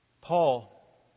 Paul